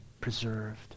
preserved